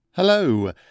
Hello